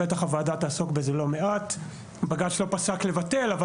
אני משער שהוועדה תעסוק בזה לא מעט.